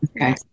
okay